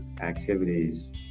activities